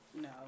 No